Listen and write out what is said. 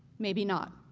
maybe not.